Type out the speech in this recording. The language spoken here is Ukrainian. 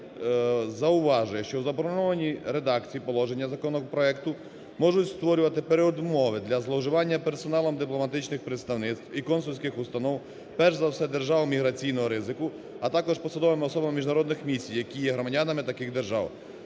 комітет зауважує, що в запропонованій редакції положення законопроекту можуть створювати передумови для зловживання персоналом дипломатичних представництв і консульських установ, перш за все держав міграційного ризику, а також посадовими особами міжнародних місій, які є громадянами таких держав.